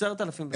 10 אלף.